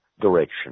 direction